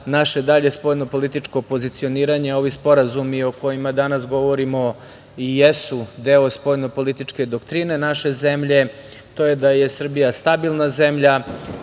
naše dalje spoljno političko pozicioniranje, ovi sporazumi o kojima danas govorimo i jesu deo spoljno političke doktrine naše zemlje, to je da je Srbija stabilna zemlja,